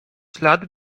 ślad